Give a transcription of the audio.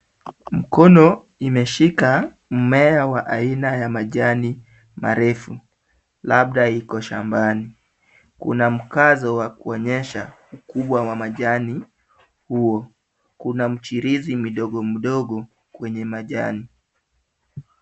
Mkono imeshika mmea wa aina ya majani marefu labda iko shambani. Kuna mkazo wa kuonyesha ukubwa wa majani huo. Kuna mchirizi midogo mdogo kwenye majani.